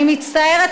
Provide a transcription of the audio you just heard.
אני מצטערת,